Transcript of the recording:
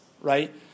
right